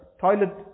toilet